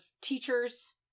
teachers